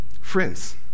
Friends